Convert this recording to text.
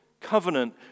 covenant